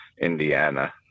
Indiana